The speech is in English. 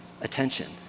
attention